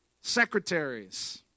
Secretaries